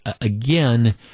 again